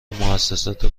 موسسات